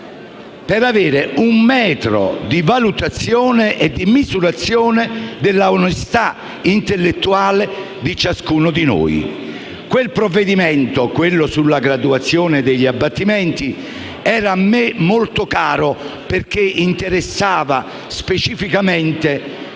per avere un metro di valutazione e di misurazione dell'onestà intellettuale di ciascuno di noi. Il provvedimento sulla graduazione degli abbattimenti era a me molte caro perché interessava specificamente